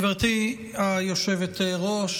גברתי היושבת-ראש,